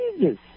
Jesus